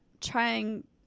trying